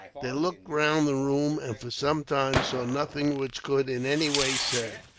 they looked round the room, and for some time saw nothing which could in any way serve.